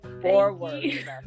forward